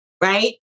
right